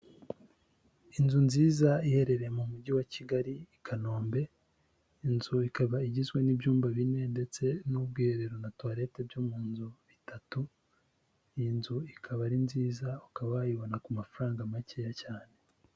Inzu nziza iherereye mu mujyi wa kigali I kanombe inzu ikaba igizwe n'ibyumba bine ndetse n'ubwiherero na toilet byo mu nzu bitatu iyi nzu ikaba ari nziza ukaba wayibona ku mafaranga makeya cyane